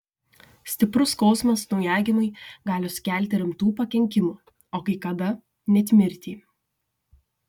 stiprus skausmas naujagimiui gali sukelti rimtų pakenkimų o kai kada net mirtį